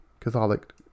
Catholic